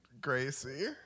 Gracie